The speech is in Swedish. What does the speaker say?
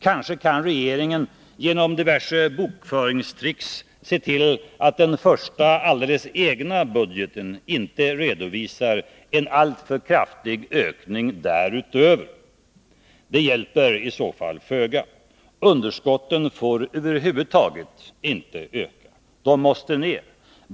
Kanske kan regeringen genom diverse bokföringstricks se till att den första egna budgeten inte redovisar en alltför kraftig ökning därutöver. Det hjälper i så fall föga. Underskotten får över huvud taget inte öka. De måste ner.